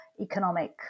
economic